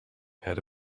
had